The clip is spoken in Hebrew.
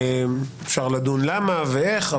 אפשר לדון למה ואיך,